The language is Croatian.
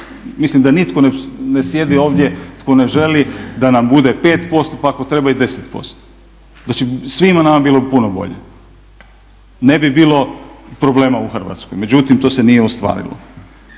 Mislim da nitko ne sjedi ovdje tko ne želi da nam bude 5% pa ako treba i 10%. Znači, svima nama bilo bi puno bolje. Ne bi bilo problema u Hrvatskoj. Međutim, to se nije ostvarilo.